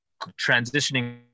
transitioning